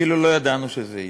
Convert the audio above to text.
כאילו לא ידענו שזה יהיה,